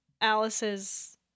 Alice's